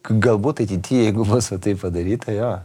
galbūt ateity jeigu bus va taip padaryta jo